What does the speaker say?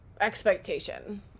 expectation